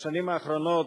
בשנים האחרונות,